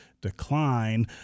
decline